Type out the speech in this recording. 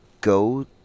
go